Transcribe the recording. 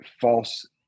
false